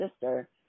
sister